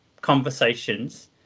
Conversations